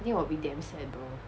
think 我 will be damn sad though